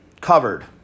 covered